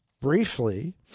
briefly